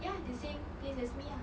ya the same place as me ah